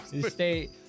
stay